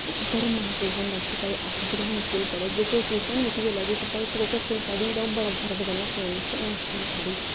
गर्व महसूस होंदा कि भाई अस जगानू स्कूल पढ़े जे कोई पुछदा निं मिकी जेल्लै भाई तूं कोह्का स्कूल पढ़ी दी बड़ा गर्व कन्नै सनान्नी के अ'ऊं इस स्कूल पढ़ी